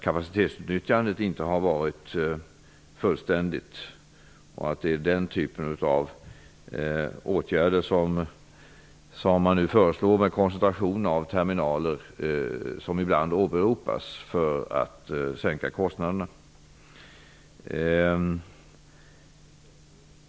Kapacitetsutnyttjandet kanske inte har varit fullständigt. Man föreslår därför en koncentrering av terminaler för att sänka kostnaderna.